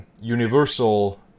universal